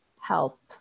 help